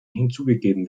hinzugegeben